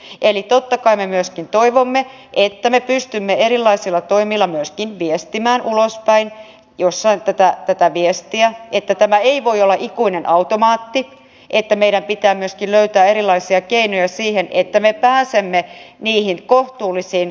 eli totta kai me toivomme että me pystymme erilaisilla toimilla myöskin viestimään ulospäin tätä viestiä että tämä ei voi olla ikuinen automaatti ja että meidän pitää myöskin löytää erilaisia keinoja siihen että me pääsemme niihin kohtuullisiin vuokratasoihin